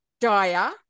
dyer